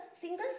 singles